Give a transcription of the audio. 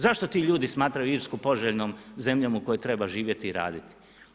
Zašto ti ljudi smatraju Irsku poželjnom zemljom u kojoj treba živjeti i raditi?